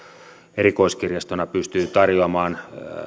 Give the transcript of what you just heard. erikoiskirjastona pystyy tarjoamaan